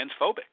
transphobic